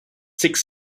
six